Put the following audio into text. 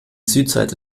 südseite